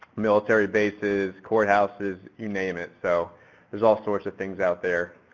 military bases, courthouses, you name it. so there's all sorts of things out there